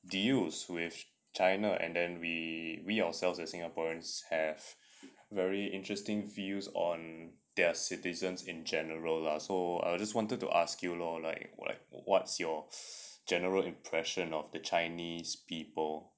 deals with china and then we we ourselves as singaporeans have very interesting views on their citizens in general lah so I will just wanted to ask you lor like like what's your general impression of the chinese people